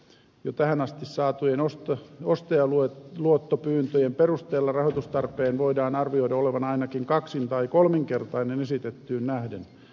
jo tähän asti saatujen ostajaluottopyyntöjen perusteella rahoitustarpeen voidaan arvioida olevan ainakin kaksin tai kolminkertainen esitettyyn nähden